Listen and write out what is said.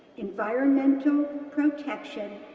environmental protection,